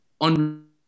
on